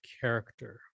character